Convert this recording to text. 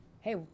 hey